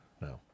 No